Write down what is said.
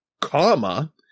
comma